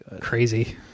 Crazy